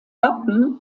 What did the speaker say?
wappen